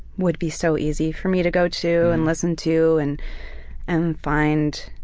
would be so easy for me to go to and listen to and and find